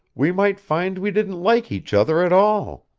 we might find we didn't like each other at all.